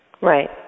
Right